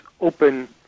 open